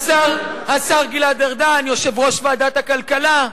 השר גלעד ארדן, יושב-ראש ועדת הכלכלה,